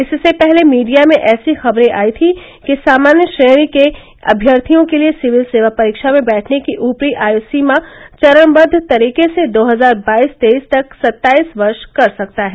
इससे पहले मीडिया में ऐसी खबरे आई थीं कि केन्द्र सामान्य श्रेणी के अम्यर्थियों के लिए सिविल सेवा परीक्षा में बैठने की ऊपरी आय सीमा चरणबद्व तरीके से दो हजार बाईस तेईस तक सत्ताईस वर्ष कर सकता है